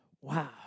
Wow